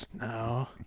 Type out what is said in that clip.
no